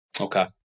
Okay